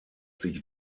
sich